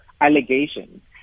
allegations